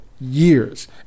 years